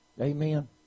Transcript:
Amen